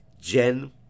Jen